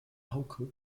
hauke